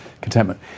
contentment